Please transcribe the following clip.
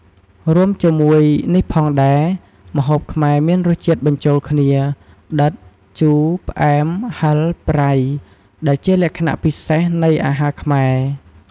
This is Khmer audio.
រួមជាមួយនេះផងដែរ ម្ហូបខ្មែរមានរសជាតិបញ្ចូលគ្នា ដិត ជូរ ផ្អែម ហឹរ ប្រៃ ដែលជាលក្ខណៈពិសេសនៃអាហារខ្មែរ។